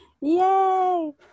Yay